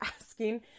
asking